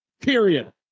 Period